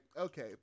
okay